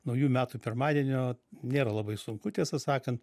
naujų metų pirmadienio nėra labai sunku tiesą sakant